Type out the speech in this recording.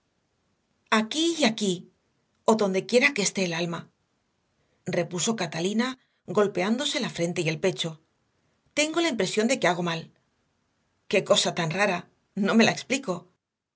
aquí y aquí o dondequiera que esté el alma repuso catalina golpeándose la frente y el pecho tengo la impresión de que hago mal qué cosa tan rara no me la explico